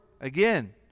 again